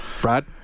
Brad